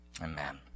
Amen